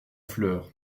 fleur